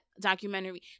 documentary